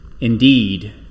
Indeed